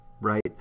right